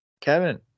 Kevin